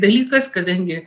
dalykas kadangi